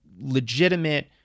legitimate